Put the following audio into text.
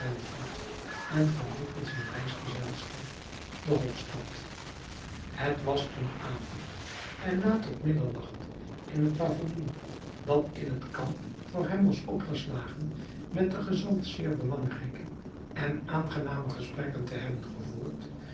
en verliet met zijn reisgezelschap de hofstad het was toen avond en na tot middernacht in het pavilloen dat in het kamp voor hem was opgeslagen met den gezant zeer belangrijke en aangename gesprekken te hebben gevoerd